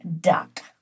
Duck